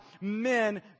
men